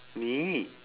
need